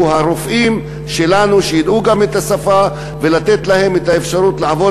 רופאים שלנו שידעו גם את השפה ולתת להם את האפשרות לעבור